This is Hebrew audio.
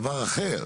דבר אחר.